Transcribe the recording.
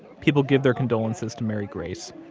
people give their condolences to mary grace,